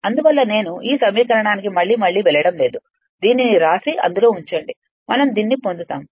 అందువల్ల నేను ఈ సమీకరణానికి మళ్లీ మళ్లీ వెళ్ళడం లేదు దీనిని వ్రాసి అందులో ఉంచండి మనము దీనిని పొందుతాము